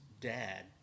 dad